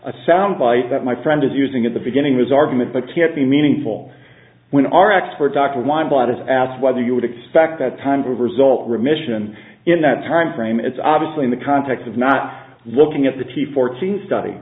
a sound bite that my friend is using at the beginning was argument but can't be meaningful when our expert dr was asked whether you would expect that kind of result remission in that timeframe it's obviously in the context of not looking at the t fourteen study